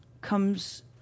comes